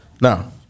Now